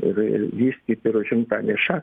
ir ir vystyt ir užimt tą nišą